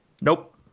Nope